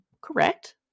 correct